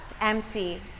Empty